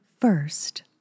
first